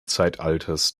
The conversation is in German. zeitalters